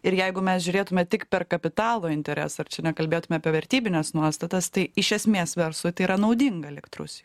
ir jeigu mes žiūrėtume tik per kapitalo interesą ar čia nekalbėtume apie vertybines nuostatas tai iš esmės verslui tai yra naudinga likt rus